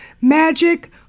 magic